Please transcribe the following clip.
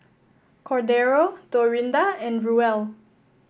Cordero Dorinda and Ruel